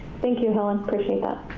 thank you, helen. i appreciate that.